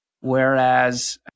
Whereas